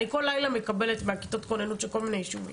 אני כל לילה מקבלת מכיתות הכוננות של כל מיני יישובים,